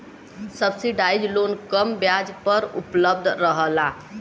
subsidise loan कम ब्याज पर उपलब्ध रहला